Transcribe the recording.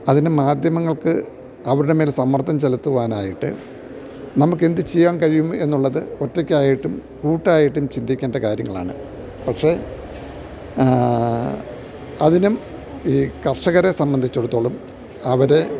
അതിനു മാധ്യമങ്ങൾക്ക് അവരുടെമേൽ സമ്മർദ്ദം ചെലുത്തുവാനായിട്ട് നമുക്കെന്തു ചെയ്യാന് കഴിയും എന്നുള്ളത് ഒറ്റയ്ക്കായിട്ടും കൂട്ടായിട്ടും ചിന്തിക്കേണ്ട കാര്യങ്ങളാണ് പക്ഷെ അതിനും ഈ കർഷകരെ സംബന്ധിച്ചിടത്തോളം അവരെ